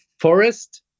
forest